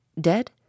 Dead